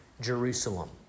Jerusalem